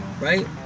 Right